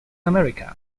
america